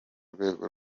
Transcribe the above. rwego